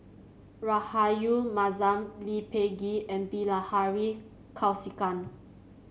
Rahayu Mahzam Lee Peh Gee and Bilahari Kausikan